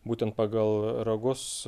būtent pagal ragus